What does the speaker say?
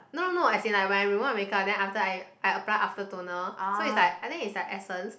no no no as in like when I remove the makeup after I I apply after toner so is like I think is like essence